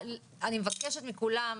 אני מבקשת מכולם,